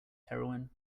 heroine